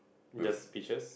just peaches